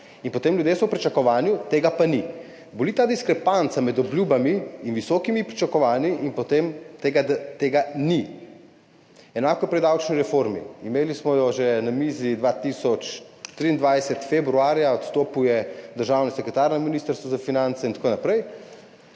In potem so ljudje v pričakovanju, tega pa ni. Boli ta diskrepanca med obljubami in visokimi pričakovanji in potem tem, da tega ni. Enako pri davčni reformi. Imeli smo jo že na mizi februarja 2023, odstopil je državni sekretar na Ministrstvu za finance in tako naprej.